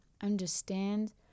understand